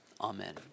Amen